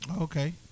okay